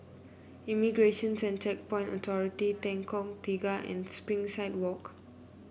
Immigration and Checkpoints Authority Lengkok Tiga and Springside Walk